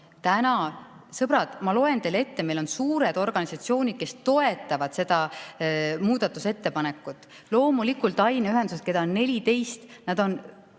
poolt. Sõbrad, ma loen teile ette, et on suured organisatsioonid, kes toetavad seda muudatusettepanekut. Loomulikult, aineühendused, keda on 14, on